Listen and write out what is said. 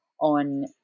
on